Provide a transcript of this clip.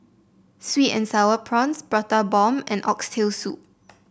sweet and sour prawns Prata Bomb and Oxtail Soup